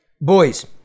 boys